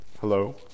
Hello